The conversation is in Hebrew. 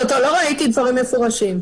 לא מטריד אותי אם זה יהיה לפני או אחרי,